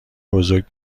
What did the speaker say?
بزرگ